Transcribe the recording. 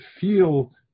feel